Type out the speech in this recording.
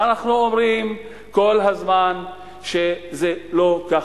אנחנו אומרים כל הזמן שזה לא ככה.